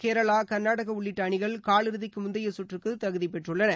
கேரளா கர்நாடகா உள்ளிட்ட அணிகள் காலிறுதிக்கு முந்தைய சுற்றுக்கு தகுதி பெற்றுள்ளன